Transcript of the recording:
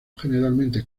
generalmente